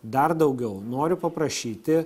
dar daugiau noriu paprašyti